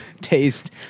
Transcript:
taste